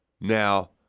Now